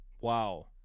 Wow